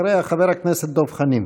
אחריה, חבר הכנסת דב חנין.